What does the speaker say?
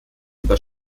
über